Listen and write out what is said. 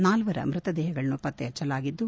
ನಾಲ್ವರ ಮೃತದೇಹಗಳನ್ನು ಪತ್ತೆಹಚ್ಚದ್ದು